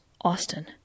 Austin